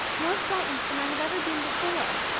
more frightened than i have ever been before.